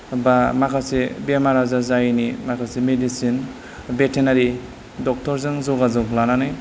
बा माखासे बेमार आजार जायैनि माखासे मेदिसिन भेतेनारि दक्ट'रजों जगाजग लानानै